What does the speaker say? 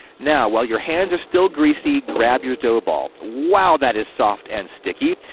now, while your hands are still greasy, grab your dough ball. wow that is soft and sticky.